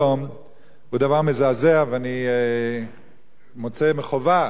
ואני מוצא חובה לומר שזה דבר נורא ואיום.